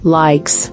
likes